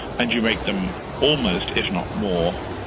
and you make them almost, if not more,